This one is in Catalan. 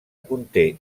conté